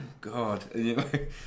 God